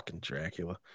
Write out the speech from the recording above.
Dracula